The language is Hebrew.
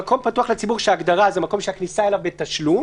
"מקום פתוח לציבור" ההגדרה היא: מקום שהכניסה אליו בתשלום